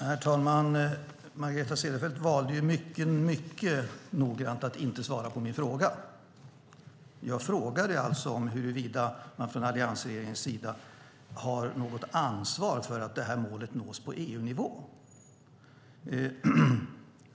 Herr talman! Margareta Cederfelt valde mycket noggrant att inte svara på min fråga. Jag frågade huruvida man från alliansregeringens sida har något ansvar för att det här målet nås på EU-nivå.